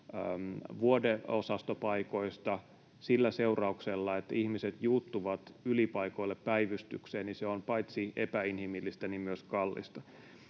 vuodeosastopaikoista sillä seurauksella, että ihmiset juuttuvat ylipaikoille päivystykseen, niin se on paitsi epäinhimillistä myös kallista.